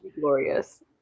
glorious